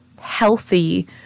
healthy